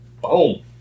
Boom